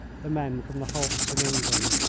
the men from the hulks in england.